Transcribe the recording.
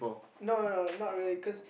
no no no not really cause